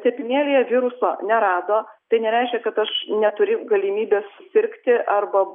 tepinėlyje viruso nerado tai nereiškia kad aš neturiu galimybės susirgti arba